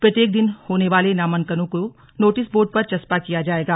प्रत्येक दिन होने वाले नामांकनों को नोटिस बोर्ड पर चस्पा किया जायेगा